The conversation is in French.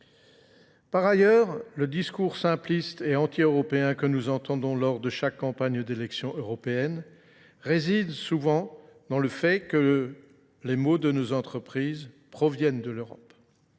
Par ailleurs, le discours simpliste et anti-européen que nous entendons lors de chaque campagne d'élection européenne réside souvent dans le fait que les mots de nos entreprises proviennent de l'Europe.